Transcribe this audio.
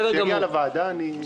כשזה יגיע לוועדה נדון בזה.